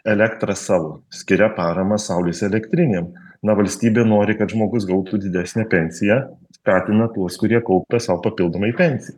elektrą savo skiria paramą saulės elektrinėm na valstybė nori kad žmogus gautų didesnę pensiją skatina tuos kurie kaupia sau papildomai pensiją